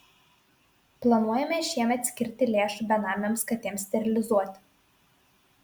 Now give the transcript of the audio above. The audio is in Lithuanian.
planuojame šiemet skirti lėšų benamėms katėms sterilizuoti